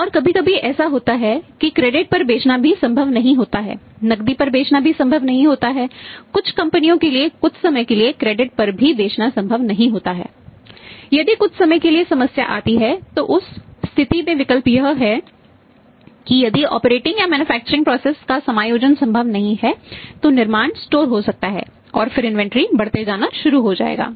और कभी कभी ऐसा होता है कि क्रेडिट बढ़ते जाना शुरू हो जाएगा